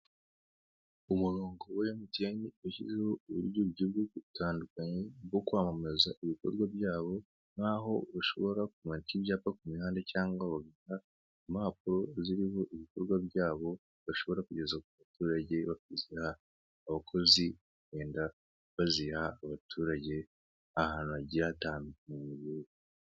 Umurongo wa mtn yasizeho uburyo bugiye butandukanye bwo kwamamaza ibikorwa byabo nkaho ushobora kumanika ibyapa ku mihanda cyangwa bagaha impapuro ziriho ibikorwa byabo, bashobora kugeza kubaturage bakaziha abakozi bakagenda baziha abaturage ahantu hagiye hatandukanye.